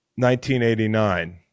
1989